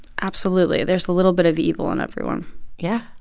absolutely. there's a little bit of evil in everyone yeah,